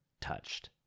touched